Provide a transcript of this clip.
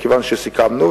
מכיוון שסיכמנו,